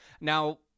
Now